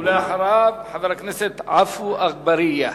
ואחריו, חבר הכנסת עפו אגבאריה.